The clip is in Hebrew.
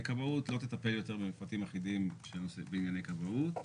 כבאות לא תטפל יותר במפרטים האחידים שעוסק בענייני כבאות.